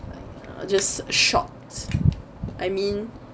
just shocked I mean